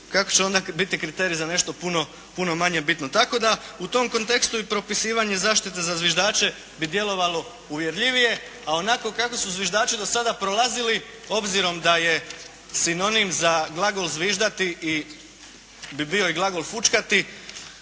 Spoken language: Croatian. kako će onda biti kriterij za nešto puno, puno manje bitno? Tako da u tom kontekstu i propisivanje zaštita za zviždaće bi djelovalo uvjerljivije, a onako kako su zviždaći do sada prolazili, obzirom da je sinonim za glagol zviždati, bi bio i glagol fučkati